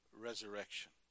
resurrection